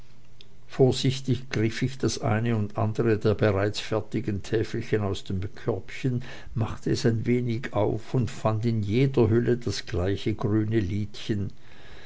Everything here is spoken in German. vorsichtig griff ich das eine und andere der bereits fertigen täfelchen aus dem körbchen machte es ein wenig auf und fand in jeder hülle das gleiche grüne liedchen